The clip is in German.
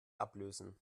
ablösen